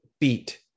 beat